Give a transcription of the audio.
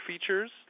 features